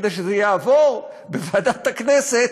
כדי שזה יעבור בוועדת הכנסת,